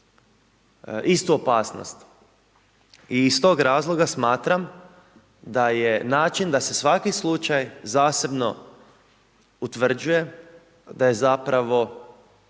istu opasnost. I iz tog razloga smatram da je način da se svaki slučaj zasebno utvrđuje, da je zapravo